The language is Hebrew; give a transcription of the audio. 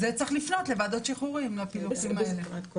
צריך לפנות לוועדת שחרורים עם הפילוחים האלה.